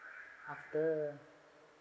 after